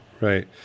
right